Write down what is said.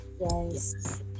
yes